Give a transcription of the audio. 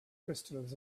crystals